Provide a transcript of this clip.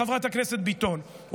חברת הכנסת ביטון,